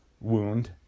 wound